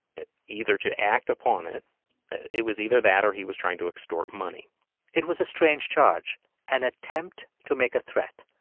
either to act upon it it was either that or he was trying to extort money it was a strange charge an attempt to make a threat.